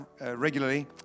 regularly